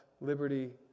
liberty